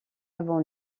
avant